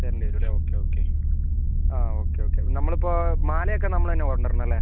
തരേണ്ടി വരും അല്ലേ ഓക്കെ ഓക്കെ ആ ഓക്കെ ഓക്കെ നമ്മളിപ്പോൾ മാല ഒക്കെ നമ്മൾ തന്നെ കൊണ്ടുവരണം അല്ലേ